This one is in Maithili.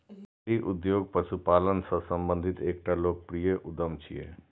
डेयरी उद्योग पशुपालन सं संबंधित एकटा लोकप्रिय उद्यम छियै